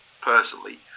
personally